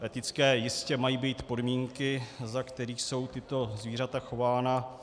Etické jistě mají být podmínky, za kterých jsou tato zvířata chována.